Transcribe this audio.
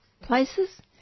places